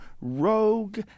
rogue